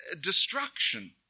Destruction